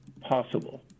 possible